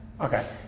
Okay